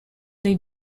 they